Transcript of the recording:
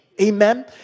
Amen